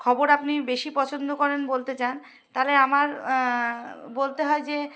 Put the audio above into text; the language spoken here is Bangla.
খবর আপনি বেশি পছন্দ করেন বলতে চান তাহলে আমার বলতে হয় যে